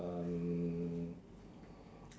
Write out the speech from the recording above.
um